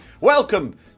Welcome